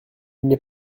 n’est